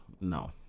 no